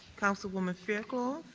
councilwoman fairclough.